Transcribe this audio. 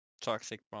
toxic